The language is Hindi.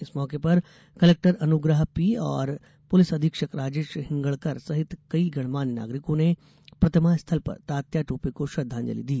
इस मौके पर कलेक्टर अनुग्रहा पी और पुलिस अधीक्षक राजेश हिंगणकर सहित कई गणमान्य नागरिकों ने प्रतिमा स्थल पर तात्या टोपे को श्रद्वांजलि दी